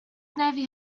navy